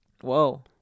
whoa